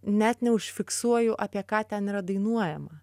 net neužfiksuoju apie ką ten yra dainuojama